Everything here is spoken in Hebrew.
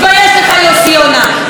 ותתבייש לך, יוסי יונה.